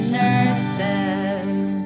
nurses